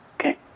Okay